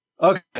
Okay